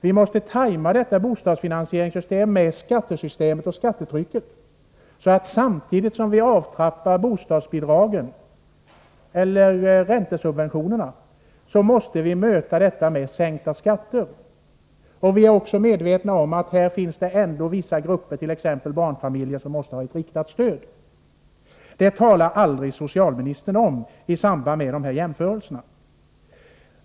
Vi måste tima detta bostadsfinansieringssystem med skattesystemet och skattetrycket — samtidigt som man avtrappar bostadsbidragen eller räntesubventionerna, måste man sänka skatterna. Vi är medvetna om att det ändå finns vissa grupper, t.ex. barnfamiljer, som måste ha ett riktat stöd. Detta talar aldrig socialministern om i samband med de jämförelser han gör.